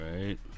Right